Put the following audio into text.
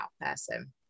person